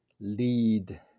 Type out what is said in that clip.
lead